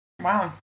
Wow